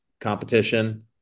competition